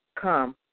come